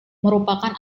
merupakan